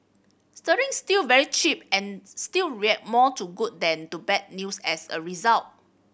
sterling's still very cheap and still react more to good than to bad news as a result